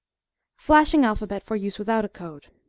flashing alphabet, for use without a code